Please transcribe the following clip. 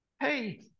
hey